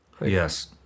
Yes